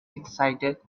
excited